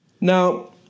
Now